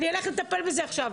אני אלך לטפל בזה עכשיו.